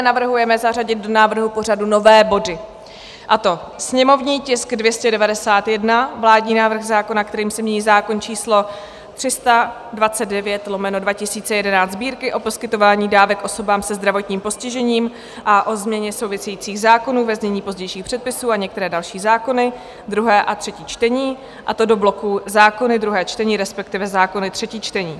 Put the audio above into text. Navrhujeme zařadit do návrhu pořadu nové body, a to sněmovní tisk 291, vládní návrh zákona, kterým se mění zákon č. 329/2011 Sb., o poskytování dávek osobám se zdravotním postižením a o změně souvisejících zákonů, ve znění pozdějších předpisů, a některé další zákony, druhé a třetí čtení, a to do bloku Zákony druhé čtení, respektive Zákony třetí čtení;